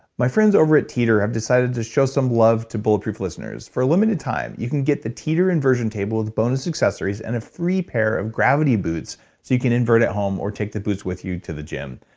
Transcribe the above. my friends over at teeter have decided to show some love to bulletproof listeners. for a limited time, you can get the teeter inversion table with the bonus accessories and a free pair of gravity boots, so you can invert at home or take the boots with you to the gym.